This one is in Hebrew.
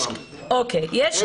יש